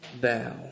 bow